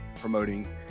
promoting